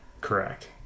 Correct